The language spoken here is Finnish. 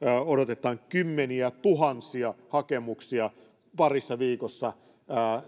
odotetaan kymmeniätuhansia hakemuksia parissa viikossa